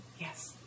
Yes